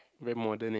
very modern eh